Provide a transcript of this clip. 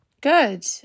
Good